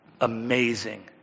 amazing